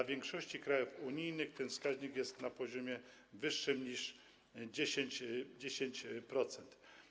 W większości krajów unijnych ten wskaźnik jest na poziomie wyższym niż 10%.